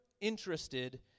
Interested